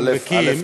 א.